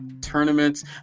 tournaments